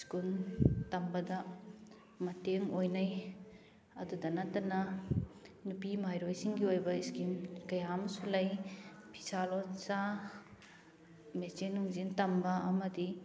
school ꯇꯝꯕꯗ ꯃꯇꯦꯡ ꯑꯣꯏꯅꯩ ꯑꯗꯨꯗ ꯅꯠꯇꯅ ꯅꯨꯄꯤ ꯃꯍꯩꯔꯣꯏꯁꯤꯡꯒꯤ ꯑꯣꯏꯕ ꯏꯁꯀꯤꯝ ꯀꯌꯥ ꯑꯃꯁꯨ ꯂꯩ ꯐꯤꯁꯥ ꯂꯣꯟꯁꯥ ꯃꯦꯆꯤꯟ ꯅꯨꯡꯆꯤꯟ ꯇꯝꯕ ꯑꯃꯗꯤ